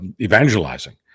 evangelizing